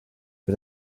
but